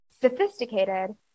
sophisticated